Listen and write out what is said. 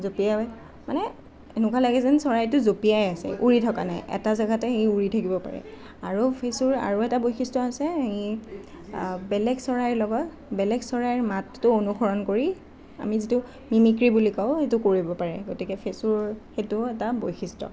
জঁপিয়াই মানে এনেকুৱা লাগে যেন চৰাইটো জঁপিয়াই আছে উৰি থকা নাই এটা জেগাতে ই উৰি থাকিব পাৰে আৰু ফেচুৰ আৰু এটা বৈশিষ্ট্য আছে ই বেলেগ চৰাইৰ লগত বেলেগ চৰাইৰ মাতটো অনুসৰণ কৰি আমি যিটো মিমিক্ৰি বুলি কওঁ সেইটো কৰিব পাৰে গতিকে ফেচুৰ সেইটো এটা বৈশিষ্ট্য